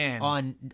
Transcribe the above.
on